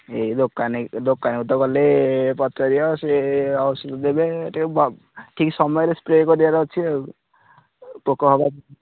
ଏଇ ଦୋକାନକୁ ତ ଗଲେ ପଚାରିବ ଆଉ ସେ ଔଷଧ ଦେବେ ଟିକିଏ ଠିକ୍ ସମୟରେ ସ୍ପ୍ରେ କରିବାର ଅଛି ଆଉ ପୋକ ହେବାରୁ